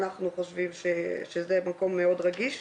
אנחנו חושבים שזה מקום מאוד רגיש.